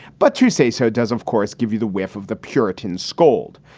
but to say so does, of course, give you the whiff of the puritan scold.